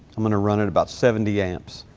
i'm gonna run it about seventy amps.